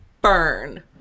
Burn